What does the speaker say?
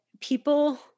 people